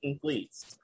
please